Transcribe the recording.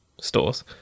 Stores